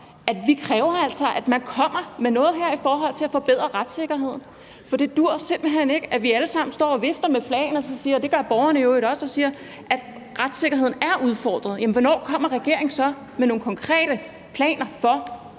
altså kræver, at man kommer med noget her i forhold til at forbedre retssikkerheden, for det duer simpelt hen ikke, at vi alle sammen står og vifter med flagene, og det gør borgerne i øvrigt også, og siger, at retssikkerheden er udfordret. Men hvornår kommer regeringen så med nogle konkrete planer for